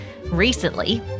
Recently